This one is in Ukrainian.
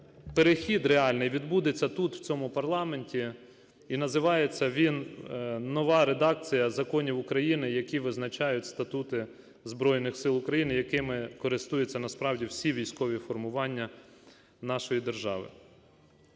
перехід реальний відбудеться тут, в цьому парламенті і називається він "нова редакція законів України, які визначають статути Збройних Сил України", якими користуються насправді всі військові формування нашої держави.